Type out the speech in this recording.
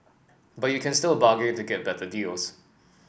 but you can still bargain to get better deals